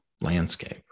landscape